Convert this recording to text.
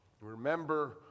Remember